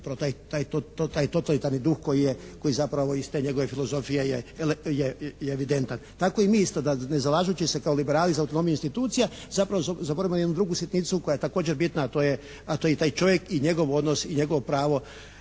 taj totalitarni duh koji je, koji zapravo iz te njegove filozofije je evidentan. Tako i mi isto da ne zalažući se kao Liberali za autonomiju institucija zapravo zaboravljamo jednu drugu sitnicu koja je također bitna a to je, a to je i taj čovjek i njegov odnos i njegovo pravo